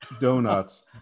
donuts